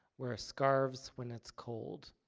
wear ah scarves when it's cold.